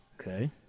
okay